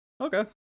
Okay